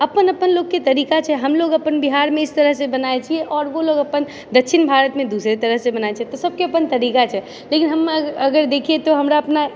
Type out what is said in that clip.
अपन अपन लोकके तरीका छै हमलोग अपन बिहारमे एहि तरह से बनाबै छियै आओर वो लोग अपन दक्षिण भारतमे दोसरे तरह से बनाबै छै तऽ सबके अपन तरीका छै लेकिन हमे अगर देखिए तऽ हमरा अपना